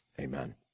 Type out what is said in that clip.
Amen